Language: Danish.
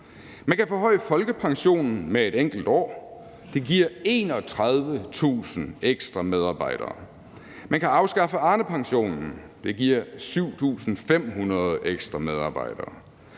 Man kan forhøje folkepensionsalderen med et enkelt år, og det giver 31.000 ekstra medarbejdere. Man kan afskaffe Arnepensionen, og det giver 7.500 ekstra medarbejdere.